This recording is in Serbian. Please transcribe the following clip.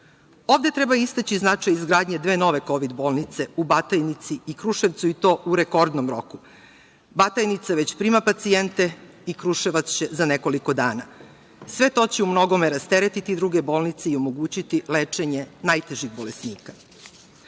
treba istaći značaj izgradnje dve nove kovid bolnice u Batajnici i Kruševcu, i to u rekordnom roku. Batajnica već prima pacijente i Kruševac će za nekoliko dana. Sve to će umnogome rasteretiti druge bolnice i omogućiti lečenje najtežih bolesnika.